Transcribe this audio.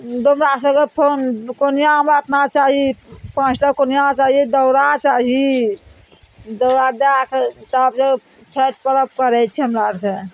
डोमरा सबके फोन कोनियाँ हमरा एतना चाही पाँच टा कोनियाँ चाही दौड़ा चाही दौड़ा दए कऽ तब जे छैठ पर्व करय छै हमरा आरके